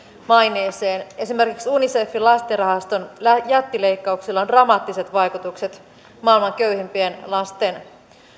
maineeseen esimerkiksi unicefin lastenrahaston jättileikkauksilla on dramaattiset vaikutukset maailman köyhimpien lasten